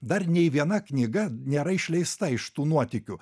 dar nei viena knyga nėra išleista iš tų nuotykių